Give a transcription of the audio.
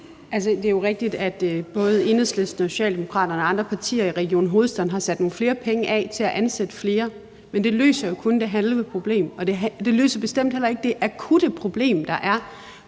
det er jo rigtigt, at både Enhedslisten, Socialdemokraterne og andre partier i Region Hovedstaden har sat nogle flere penge af til at ansætte flere, men det løser jo kun det halve problem, og det løser bestemt heller ikke det akutte problem, der er